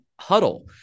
huddle